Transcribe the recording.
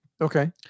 Okay